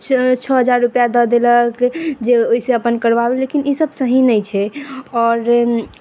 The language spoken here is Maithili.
छओ हजार रुपआ दऽ देलक जे ओइसँ अपन करबाबू लेकिन ई सब सही नहि छै आओर